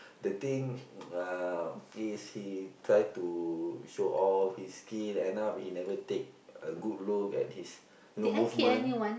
the thing uh is he try to show off his skill end up he never take a good look at his you know movement